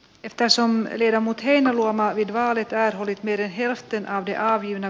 että sommelier mut heinäluoma arvid välittää roolit miehillä stina ja hyvinä